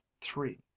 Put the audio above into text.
three